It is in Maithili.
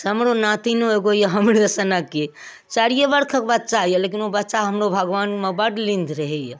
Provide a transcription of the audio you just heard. हमरो नातिन एगो यऽ हमरो सनके चारिए बरखक बच्चा यऽ लेकिन ओ बच्चा हमरो भगबानमे बड लीन रहैए